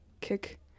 kick